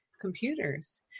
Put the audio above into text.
computers